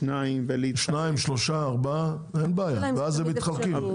שניים, שלושה, ארבעה, ואז הם מתחלקים.